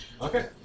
Okay